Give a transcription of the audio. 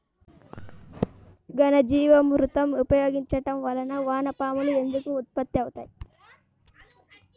ఘనజీవామృతం ఉపయోగించటం వలన వాన పాములు ఎందుకు ఉత్పత్తి అవుతాయి?